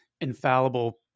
Infallible